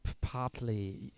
partly